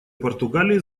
португалии